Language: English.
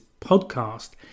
podcast